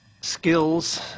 skills